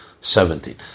seventeen